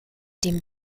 dem